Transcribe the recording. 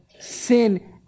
sin